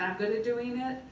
i'm good at doing it,